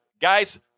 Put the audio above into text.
Guys